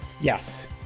Yes